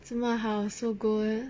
这么好 so good